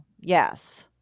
Yes